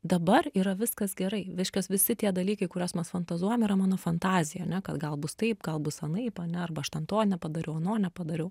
dabar yra viskas gerai reiškias visi tie dalykai kuriuos mes fantazuojam yra mano fantazija ane kad gal bus taip gal bus anaip ane arba aš ten to nepadariau ano nepadariau